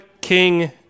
King